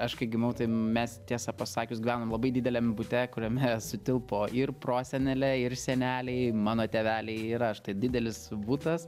aš kai gimiau tai mes tiesą pasakius gyvenom labai dideliame bute kuriame sutilpo ir prosenelė ir seneliai mano tėveliai ir aš tai didelis butas